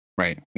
Right